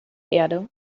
erde